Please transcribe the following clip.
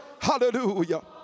Hallelujah